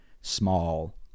small